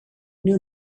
knew